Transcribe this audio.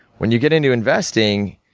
when you get into investing,